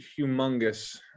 humongous